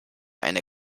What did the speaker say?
eine